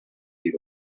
dir